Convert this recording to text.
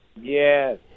Yes